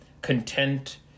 content